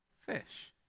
fish